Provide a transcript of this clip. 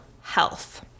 health